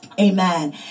Amen